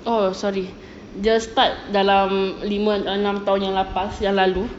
oh sorry dia start dalam lima atau enam tahun yang lepas yang lalu